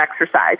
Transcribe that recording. exercise